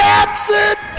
absent